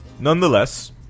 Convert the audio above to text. Nonetheless